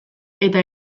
eta